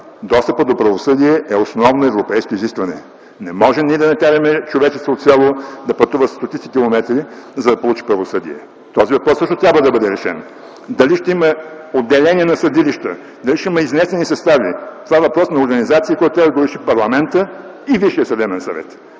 достъпът до правосъдие е основно европейско изискване. Не можем да накараме човечеца от село да пътува стотици километри, за да получи правосъдие. Този въпрос също трябва да бъде решен. Дали ще има отделение на съдилища, дали ще има изнесени състави, това е въпрос на организация, който трябва да го реши парламентът и Висшият съдебен съвет,